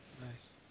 Nice